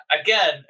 again